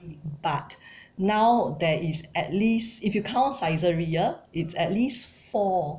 but now there is at least if you count Saizeriya it's at least four